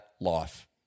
life